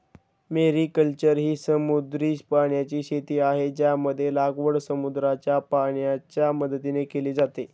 mariculture ही समुद्री पाण्याची शेती आहे, ज्यामध्ये लागवड समुद्राच्या पाण्याच्या मदतीने केली जाते